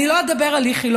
אני לא אדבר על איכילוב,